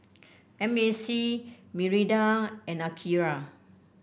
M A C Mirinda and Akira